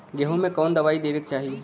गेहूँ मे कवन दवाई देवे के चाही?